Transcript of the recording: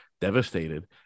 devastated